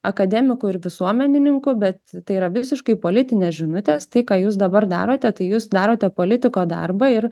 akademiku ir visuomenininku bet tai yra visiškai politinės žinutės tai ką jūs dabar darote tai jūs darote politiko darbą ir